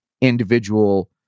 individual